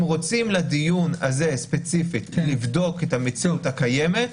אם רוצים לדיון הזה ספציפית לבדוק את המציאות הקיימת,